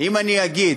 אם אני אגיד